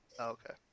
Okay